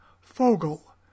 Fogel